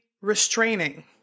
restraining